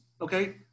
Okay